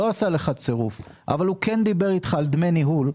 לא עשה לך צירוף אבל כן דיבר איתך על דמי ניהול,